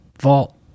vault